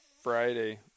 friday